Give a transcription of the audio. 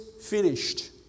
finished